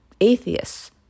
atheists